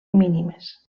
mínimes